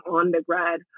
undergrad